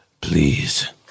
Please